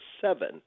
seven